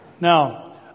Now